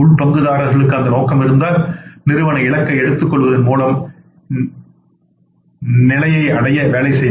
உள் பங்குதாரர்களுக்கு அந்த நோக்கம் இருந்தால் நிறுவன இலக்கை எடுத்துக்கொள்வதன் மூலம் நிலையை அடைய வேலை செய்வர்